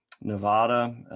Nevada